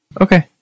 okay